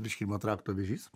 virškinimo trakto vėžys